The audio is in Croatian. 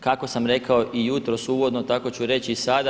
Kako sam rekao i jutros uvodno, tako ću reći i sada.